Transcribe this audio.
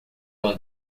uma